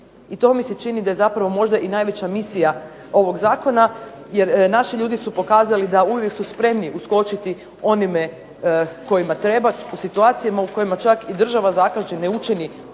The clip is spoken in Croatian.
I to mi se čini da je zapravo možda i najveća misija ovog zakona. Jer naši ljudi su pokazali da uvijek su spremni uskočiti onima kojima treba, u situacijama u kojima čak i država zakaže, ne učini